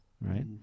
right